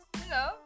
hello